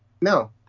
No